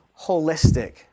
holistic